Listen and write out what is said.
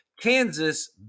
Kansas